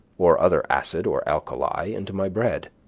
or other acid or alkali, into my bread.